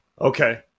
Okay